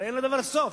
הרי אין לדבר סוף.